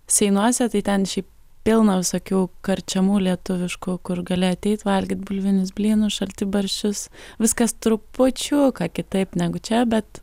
seinuose tai ten šiaip pilna visokių karčemų lietuviškų kur gali ateit valgyti bulvinius blynus šaltibarščius viskas trupučiuką kitaip negu čia bet